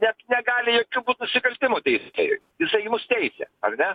net negali jokių būt nusikaltimų teisėju jisai mus teisia ar ne